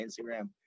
instagram